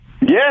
yes